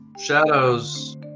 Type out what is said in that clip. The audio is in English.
Shadows